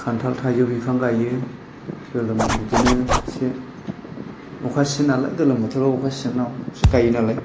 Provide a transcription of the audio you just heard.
खान्थाल थाइजौ बिफां गायो गोलोम बिदिनो एसे अखा सिजेन नालाय गोलोम बोथाराव एसे सिजेनावसो गायोनालाय